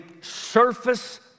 surface